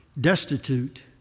destitute